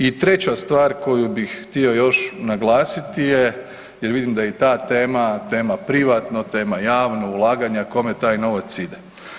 I treća stvar koju bih htio još naglasiti je, jer vidim da je i ta tema, tema privatno, tema javno, ulaganja, kome taj novac ide.